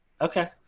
Okay